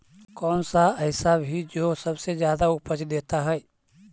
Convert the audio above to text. कौन सा ऐसा भी जो सबसे ज्यादा उपज देता है?